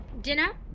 dinner